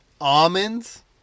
almonds